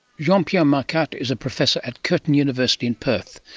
jean-pierre macquart is a professor at curtin university in perth,